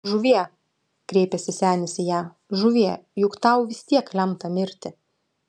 žuvie kreipėsi senis į ją žuvie juk tau vis tiek lemta mirti